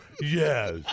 Yes